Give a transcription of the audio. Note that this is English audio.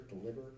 deliver